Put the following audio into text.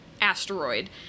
asteroid